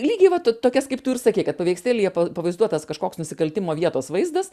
lygiai vat tokias kaip tu ir sakei kad paveikslėlyje pavaizduotas kažkoks nusikaltimo vietos vaizdas